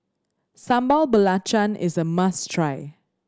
Sambal Belacan is a must try